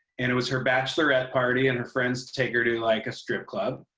and it was her bachelorette party, and her friends take her to, like, a strip club.